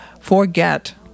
forget